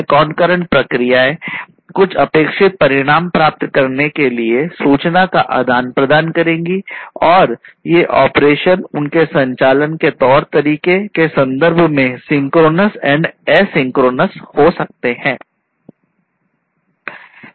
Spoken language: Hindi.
कनकरेंसी हो सकते हैं